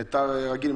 "מיתר" רגיל,